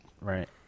Right